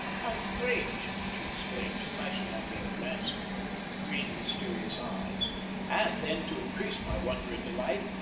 how strange! she exclaimed, flashing on me a glance from her green, mysterious eyes and then, to increase my wonder and delight,